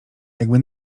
jakby